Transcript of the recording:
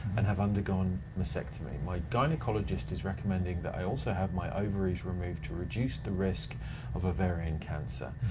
and have undergone mastectomy. my gynecologist is recommending that i also have my ovaries removed to reduce the risk of ovarian cancer.